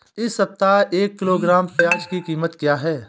इस सप्ताह एक किलोग्राम प्याज की कीमत क्या है?